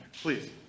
Please